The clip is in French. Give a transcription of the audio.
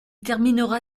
terminera